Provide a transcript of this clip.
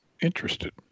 interested